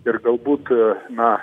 ir galbūt na